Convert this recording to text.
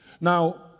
Now